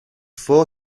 four